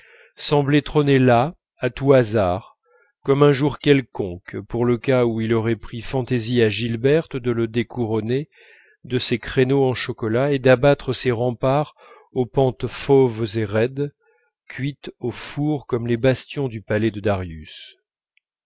semblait trôner là à tout hasard comme un jour quelconque pour le cas où il aurait pris fantaisie à gilberte de le découronner de ses créneaux en chocolat et d'abattre ses remparts aux pentes fauves et raides cuites au four comme les bastions du palais de darius